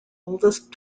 oldest